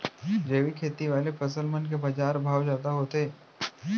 जैविक खेती वाले फसल मन के बाजार भाव जादा होथे